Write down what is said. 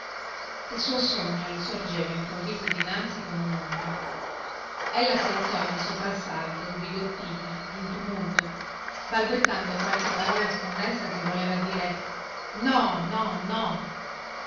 il suo sogno le sorgeva improvviso dinanzi come unombra ella si alzò di soprassalto sbigottita in tumulto balbettando qualche parola sconnessa che voleva dir no no no